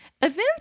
Events